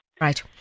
right